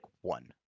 one